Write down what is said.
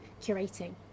curating